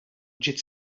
ġiet